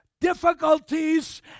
difficulties